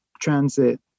transit